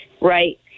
right